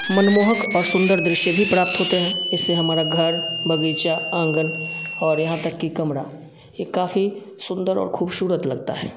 मनमोहक और सुंदर दृश्य भी प्राप्त होते हैं इससे हमारा घर बगीचा आँगन और यहाँ तक की कमरा ये काफ़ी सुंदर और खूबसूरत लगता है